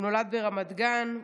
הוא נולד ברמת גן,